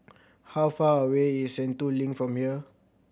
how far away is Sentul Link from here